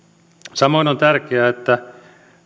samoin on tärkeää että